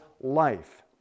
life